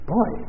Boy